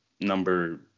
number